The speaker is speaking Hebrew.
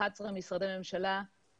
11 משרדי ממשלה,